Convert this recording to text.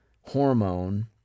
hormone